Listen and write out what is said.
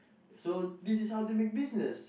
so this is how they make business